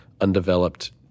undeveloped